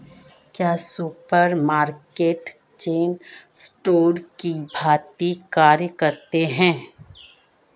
क्या supermarket chain store की भांति कार्य करते हैं?